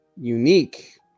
unique